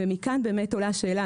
מכאן עולה השאלה,